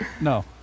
No